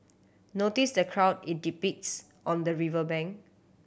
notice the crowd it depicts on the river bank